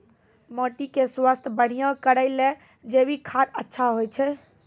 माटी के स्वास्थ्य बढ़िया करै ले जैविक खाद अच्छा होय छै?